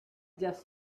just